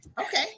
Okay